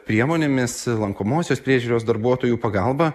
priemonėmis lankomosios priežiūros darbuotojų pagalba